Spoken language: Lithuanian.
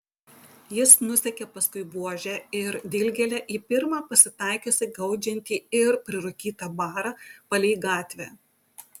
jis nusekė paskui buožę ir dilgėlę į pirmą pasitaikiusį gaudžiantį ir prirūkytą barą palei gatvę